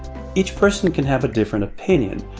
each person can have a different opinion.